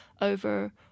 over